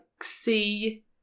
see